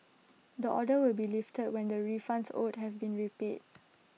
the order will be lifted when the refunds owed have been repaid